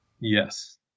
Yes